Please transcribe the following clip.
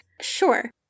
Sure